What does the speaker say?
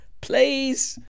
Please